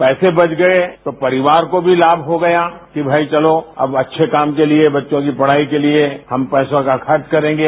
पैसे बच गए तो परिवार को भी लाम हो गया कि भई चलो अब अच्छे काम के लिए बच्चों की पढाई के लिए हम पैसों को खर्च करेंगे